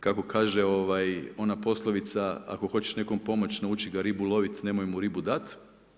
Kako kaže, ovaj, ona poslovica: Ako hoćeš nekome pomoći, nauči ga ribu loviti, nemoj mu ribu dati.